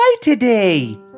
today